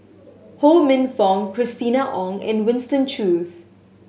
Ho Minfong Christina Ong and Winston Choos